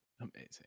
Amazing